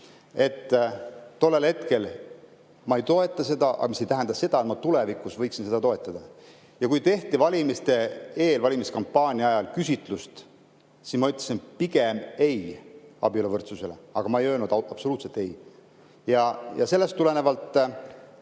et tollel hetkel ma ei toeta seda, mis ei tähenda, et ma tulevikus [ei] võiks seda toetada. Ja kui tehti valimiste eel ja valimiskampaania ajal küsitlust, siis ma ütlesin "pigem ei" abieluvõrdsusele, aga ma ei öelnud "absoluutselt ei". Sellest tulenevalt